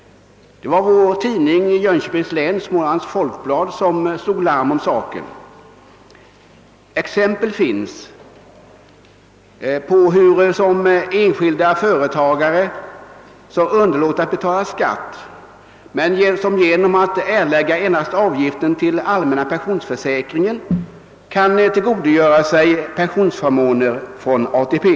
Det var vår tidning i Jönköpings län, Smålands Folkblad, som slog larm om saken. Det finns exempel på enskilda företagare som underlåtit att betala skatt men som genom att erlägga avgiften till allmänna pensionsförsäkringen kunnat tillgodogöra sig pensionsförmåner från ATP.